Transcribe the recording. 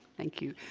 thank you.